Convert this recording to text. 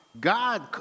God